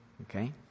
Okay